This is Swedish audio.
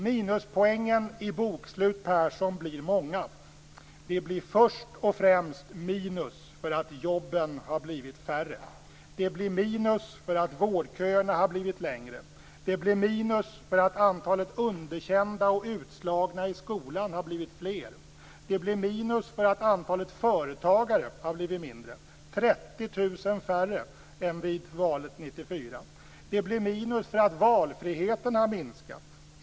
Minuspoängen i bokslut Persson blir många. Det blir först och främst minus för att jobben har blivit färre. Det blir minus för att vårdköerna har blivit längre. Det blir minus för att antalet underkända och utslagna i skolan har blivit fler. Det blir minus för att antalet företagare har blivit mindre. Det är 30 000 färre företagare än vid valet 1994. Det blir minus för att valfriheten har minskat.